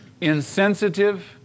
insensitive